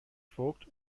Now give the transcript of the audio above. voigt